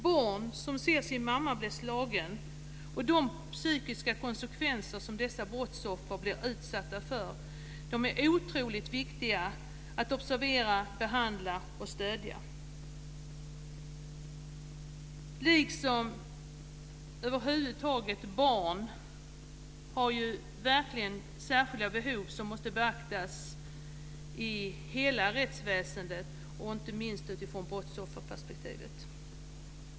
Det är otroligt viktigt att observera, behandla och stödja barn som ser sin mamma bli slagen, med de psykiska konsekvenser som det får. Över huvud taget har barn särskilda behov som måste beaktas i hela rättsväsendet, inte minst utifrån brottsofferperspektivet.